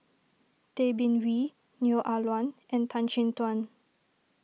Tay Bin Wee Neo Ah Luan and Tan Chin Tuan